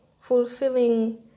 fulfilling